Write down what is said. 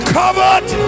covered